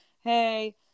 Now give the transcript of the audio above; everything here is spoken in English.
hey